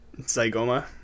Zygoma